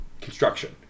construction